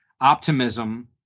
optimism